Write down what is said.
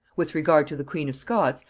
with regard to the queen of scots,